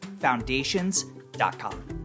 foundations.com